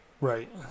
Right